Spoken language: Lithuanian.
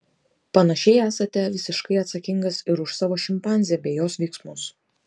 panašiai esate visiškai atsakingas ir už savo šimpanzę bei jos veiksmus